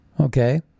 Okay